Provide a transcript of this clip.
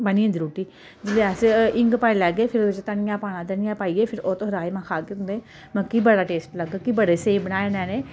बनी जंदी रुट्टी जेल्लै अस हींग पाई लैगे फिर ओह्दे बिच धनिया पाना धनिया पाइयै फिर ओह् तुस राइमा खागे तुंदे मतलब कि बड़ा टेस्ट लग्गग कि बड़े स्हेई बनाये इनें